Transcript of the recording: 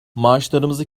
maaşlarımızı